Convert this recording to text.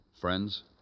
Friends